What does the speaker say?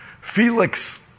Felix